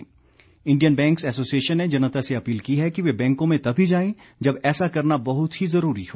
bank Indian banks association ने जनता से अपील की है कि वे बैंकों में तभी जाएं जब ऐसा करना बहुत ही जरूरी हो